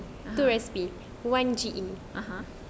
two recipe one G_E